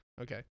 Okay